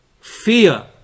fear